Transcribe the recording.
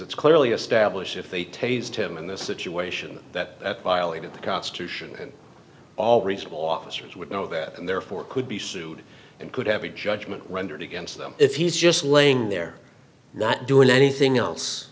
it's clearly established if they tasered him in this situation that violated the constitution and all reasonable officers would know that and therefore could be sued and could have a judgment rendered against them if he's just laying there not doing anything else